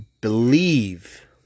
believe